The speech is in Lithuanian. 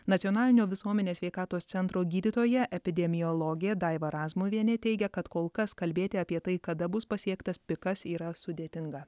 nacionalinio visuomenės sveikatos centro gydytoja epidemiologė daiva razmuvienė teigia kad kol kas kalbėti apie tai kada bus pasiektas pikas yra sudėtinga